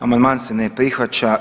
Amandman se ne prihvaća.